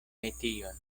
metion